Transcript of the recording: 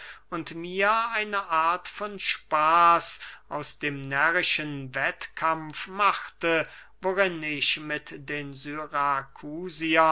und mir eine art von spaß aus dem närrischen wettkampf machte worin ich mit den